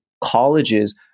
colleges